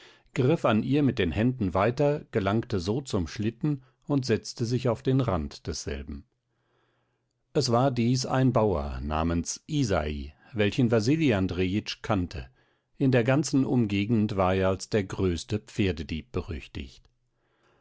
griff an ihr mit den händen weiter gelangte so zum schlitten und setzte sich auf den rand desselben es war dies ein bauer namens isai welchen wasili andrejitsch kannte in der ganzen umgegend war er als der größte pferdedieb berüchtigt